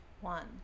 one